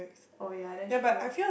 oh ya that's true